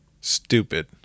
Stupid